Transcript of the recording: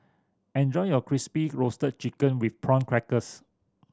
enjoy your Crispy Roasted Chicken with Prawn Crackers